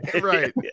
right